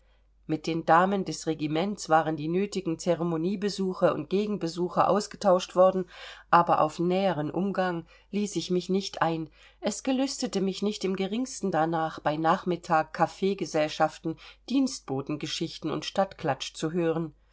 mit den damen des regiments waren die nötigen ceremonienbesuche und gegenbesuche ausgetauscht worden aber auf näheren umgang ließ ich mich nicht ein es gelüstete mich nicht im geringsten darnach bei nachmittag kaffeegesellschaften dienstbotengeschichten und stadtklatsch zu hören